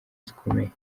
zikomeye